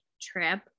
trip